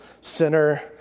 sinner